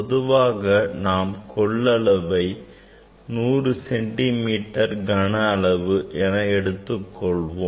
பொதுவாக நாம் கொள்ளளவை 100 சென்டிமீட்டர் கன அளவு எடுத்துக் கொள்வோம்